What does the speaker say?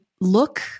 look